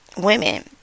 women